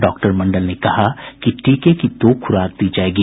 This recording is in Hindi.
डॉक्टर मंडल ने कहा कि टीके की दो खुराक दी जायेगी